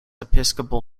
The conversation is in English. episcopal